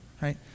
right